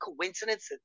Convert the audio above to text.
coincidence